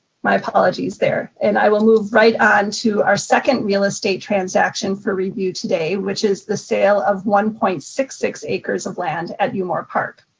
my apologies there. and i will move right on to our second real estate transaction for review today, which is the sale of one point six six acres of land at you umore park.